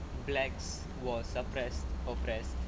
blacks were suppressed oppressed